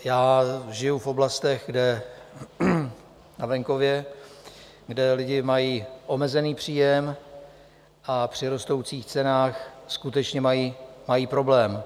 Já žiju v oblastech na venkově, kde lidi mají omezený příjem a při rostoucích cenách skutečně mají problém.